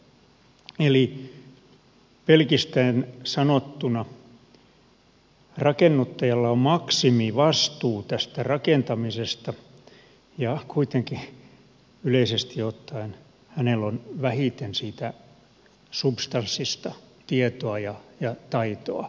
eli pelkistäen sanottuna rakennuttajalla on maksimivastuu tästä rakentamisesta ja kuitenkin yleisesti ottaen hänellä on vähiten siitä substanssista tietoa ja taitoa